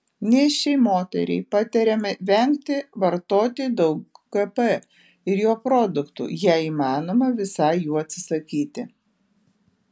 nėščiai moteriai patariama vengti vartoti daug kp ir jo produktų jei įmanoma visai jų atsisakyti